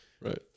Right